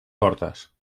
portes